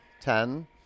Ten